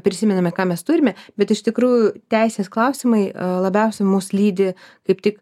prisimename ką mes turime bet iš tikrųjų teisės klausimai labiausiai mus lydi kaip tik